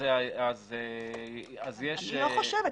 אני לא חושבת.